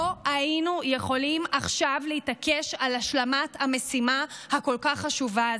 לא היינו יכולים עכשיו להתעקש על השלמת המשימה הכל-כך חשובה הזאת.